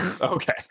Okay